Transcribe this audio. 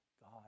God